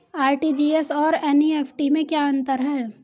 RTGS और NEFT में क्या अंतर है?